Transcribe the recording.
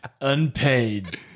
unpaid